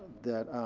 that